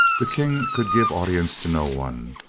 the king could give audience to no one.